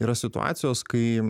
yra situacijos kai